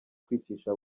kwicisha